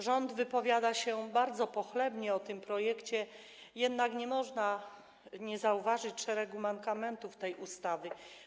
Rząd wypowiada się bardzo pochlebnie o tym projekcie, jednak nie można nie zauważyć szeregu mankamentów tej ustawy.